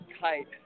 kite